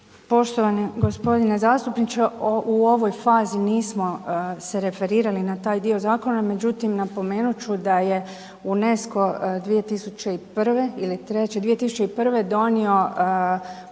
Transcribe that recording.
Poštovani g. zastupniče, u ovoj fazi nismo se referirali na taj dio zakona. Međutim, napomenut ću da je UNESCO 2001. Ili '03., 2001. donio